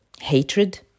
hatred